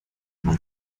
mal